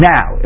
Now